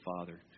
Father